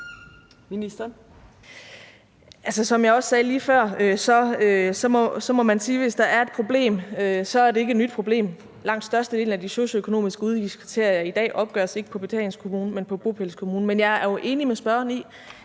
som jeg også sagde lige før, må man sige, at hvis der er et problem, er det ikke et nyt problem. Langt størstedelen af de socioøkonomiske udligningskriterier i dag opgøres ikke på betalingskommune, men på bopælskommune. Men jeg er jo enig med spørgeren i,